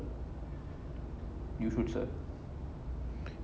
you should sir